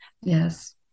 Yes